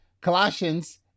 Colossians